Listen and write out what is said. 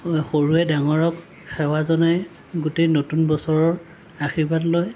সৰুৱে ডাঙৰক সেৱা জনাই গোটেই নতুন বছৰৰ আশীৰ্বাদ লয়